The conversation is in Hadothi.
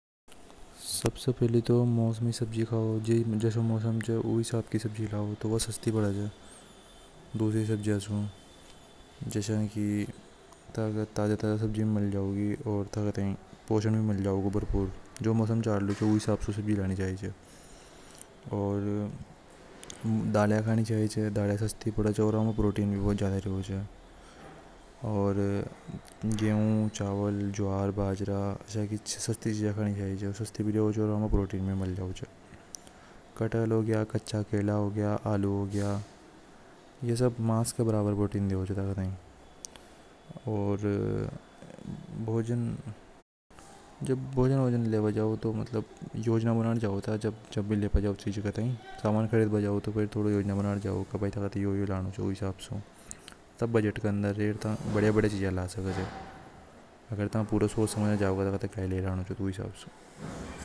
﻿सबसे पहले तो मौसमी सब्जी खाओ जैसा मौसम च वैसी सब्जी खाओ तो व सस्ती पड़े छ। जस्या की थाई ताजा ताजा सब्जी मिल जावेगी पोषण भी मिल जावेगी और दाले खानी चाहिए उनमें प्रोटीन भी बहुत ज्यादा रेवे च। गेहूं चावल ज्वार बाजार ये सब सस्ती चीजा कटहल कच्चा केला आलू हो गया यह सब मास के बराबर प्रोटीन देवे छ थाई जब भोजन लेने जावे तो योजना बनानी चावे छ थाई जब भी लेब जावे तो तोड़ो योजना। बनाके जाओ हिसाब सु सब बजट के अंदर रहकर था बढ़िया चीजा का सके च।